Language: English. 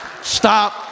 Stop